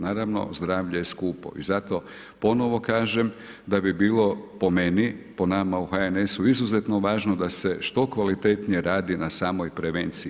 Naravno zdravlje je skupo i zato ponovo kažem da bi bilo, po meni, po nama u HNS-u izuzetno važno da se što kvalitetnije radi na samoj prevenciji.